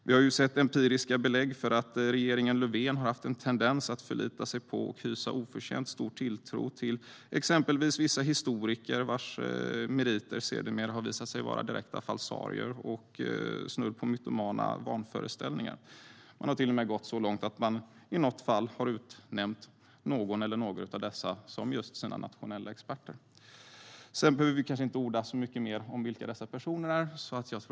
Vi har ju sett empiriska belägg för att regeringen Löfven haft en tendens att förlita sig på och hysa oförtjänt stor tilltro till exempelvis vissa historiker, vilkas meriter sedermera har visat sig vara direkta falsarier och snudd på mytomana vanföreställningar. Det har till och med gått så långt att regeringen i något fall har utnämnt någon eller några av dessa till just nationella experter. Men vi behöver kanske inte orda så mycket om vilka dessa personer är.